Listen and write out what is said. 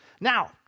Now